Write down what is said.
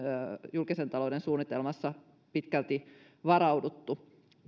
julkisen talouden suunnitelmassa pitkälti varauduttu